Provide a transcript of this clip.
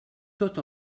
tot